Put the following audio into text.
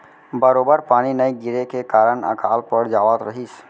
बरोबर पानी नइ गिरे के कारन अकाल पड़ जावत रहिस